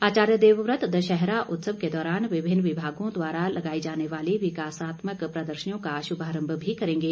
आचार्य देववत दशहरा उत्सव के दौरान विभिन्न विभागों द्वारा लगाई जाने वाली विकासात्मक प्रदशर्नियों का शुभारंभ भी करेंगे